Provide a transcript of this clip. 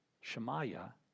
Shemaiah